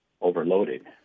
overloaded